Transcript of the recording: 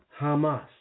Hamas